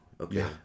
okay